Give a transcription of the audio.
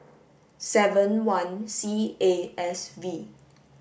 seven one C A S V